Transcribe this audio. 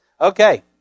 Okay